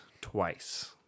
twice